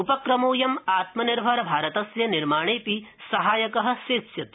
उपक्रमोऽयं आत्मनिर्भर भारतस्य निर्माणेऽपि सहायक सेत्स्यति